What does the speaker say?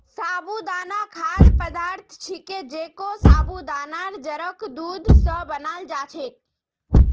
साबूदाना खाद्य पदार्थ छिके जेको साबूदानार जड़क दूध स बनाल जा छेक